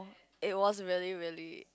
it was really really